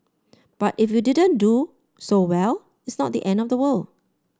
but if you didn't do so well it's not the end of the world